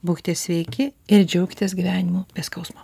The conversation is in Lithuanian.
būkite sveiki ir džiaukitės gyvenimu be skausmo